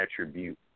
attribute